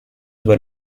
were